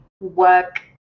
work